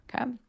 Okay